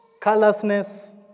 callousness